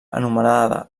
anomenada